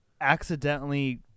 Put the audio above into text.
accidentally